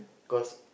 cause